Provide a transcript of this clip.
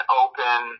open